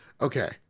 okay